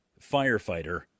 firefighter